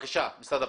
בבקשה, משרד הפנים.